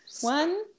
One